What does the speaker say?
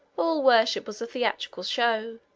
all worship was a theatrical show,